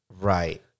Right